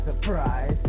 surprise